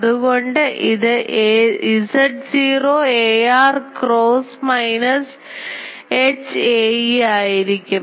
അതുകൊണ്ടുതന്നെ ഇതു Z0 ar cross minus Hè aè ആയിരിക്കും